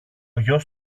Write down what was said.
γιος